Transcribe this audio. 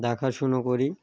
দেখাশুনো করি